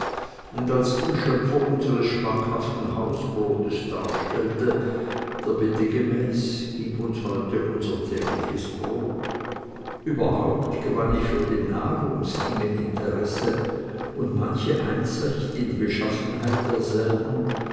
und als den schöpfer unsres schmackhaften hausbrotes darstellte der bitte gemäß gib uns heut unser tägliches brot überhaupt gewann ich für die nahrungsdinge interesse und manche einsicht in die beschaffenheit derselben